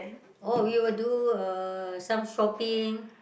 oh we will do uh some shopping